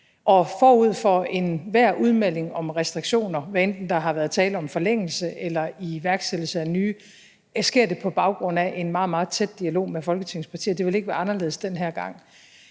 os med. Og enhver udmelding om restriktioner, hvad enten der har været tale om en forlængelse eller iværksættelse af nye, er sket på baggrund af en meget, meget tæt dialog med Folketingets partier. Det vil ikke være anderledes den her gang.